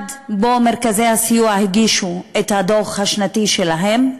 אחד, שבו מרכזי הסיוע הגישו את הדוח השנתי שלהם,